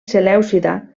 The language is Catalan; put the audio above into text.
selèucida